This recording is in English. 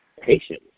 patience